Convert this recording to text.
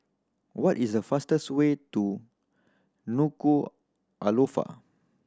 what is the fastest way to Nuku'alofa